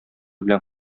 белән